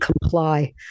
comply